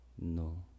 No